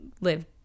live